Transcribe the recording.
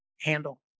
handle